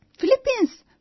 Philippines